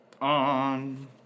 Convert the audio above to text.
On